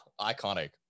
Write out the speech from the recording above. iconic